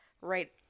right